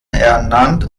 ernannt